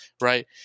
right